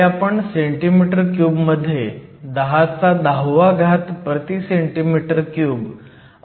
हे आपण centimetre cube मध्ये 1010 cm 3 असं सुद्धा करू शकतो